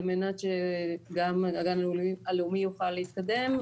על מנת שגם הגן הלאומי יוכל להתקדם,